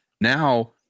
Now